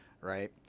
right